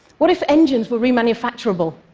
what if engines were re-manufacturable,